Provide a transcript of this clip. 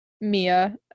Mia